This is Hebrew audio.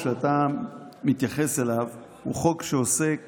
שאתה מתייחס אליו הוא חוק שעוסק